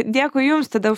dėkui jums tada